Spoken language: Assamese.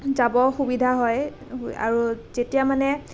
যাব সুবিধা হয় আৰু যেতিয়া মানে